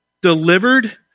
delivered